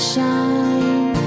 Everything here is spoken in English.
Shine